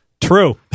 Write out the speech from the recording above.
True